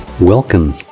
Welcome